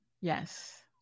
Yes